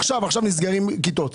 עכשיו נסגרים כיתות.